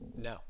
no